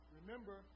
Remember